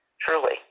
Truly